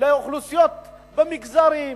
העדיפויות לאוכלוסיות במגזרים,